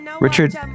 Richard